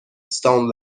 stone